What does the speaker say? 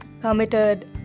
Committed